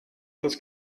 das